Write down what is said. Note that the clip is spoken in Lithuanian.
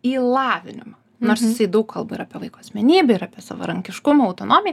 į lavinimą nors jisai daug kalba ir apie vaiko asmenybę ir apie savarankiškumą autonomiją